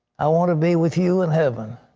i want to be with you in heaven.